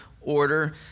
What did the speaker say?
order